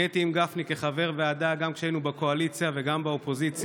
אני הייתי עם גפני כחבר ועדה גם כשהיינו בקואליציה וגם באופוזיציה.